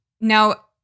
now